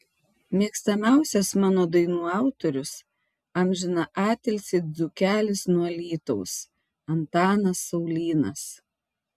mėgstamiausias mano dainų autorius amžiną atilsį dzūkelis nuo alytaus antanas saulynas